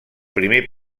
primer